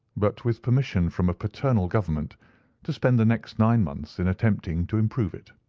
but with permission from a paternal government to spend the next nine months in attempting to improve it.